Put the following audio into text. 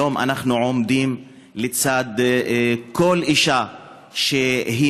היום אנחנו עומדים לצד כל אישה שהיא